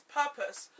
purpose